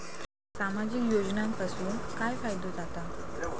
सामाजिक योजनांपासून काय फायदो जाता?